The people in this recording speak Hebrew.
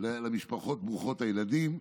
למשפחות ברוכות הילדים.